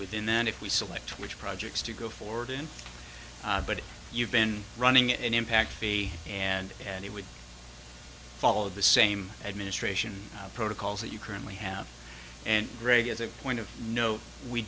within that if we select which projects to go forward in but you've been running an impact fee and and he would follow the same administration protocols that you currently have and greg as a point of no we